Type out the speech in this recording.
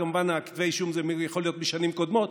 כמובן כתבי האישום יכולים להיות משנים קודמות,